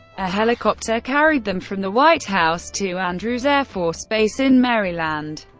a helicopter carried them from the white house to andrews air force base in maryland.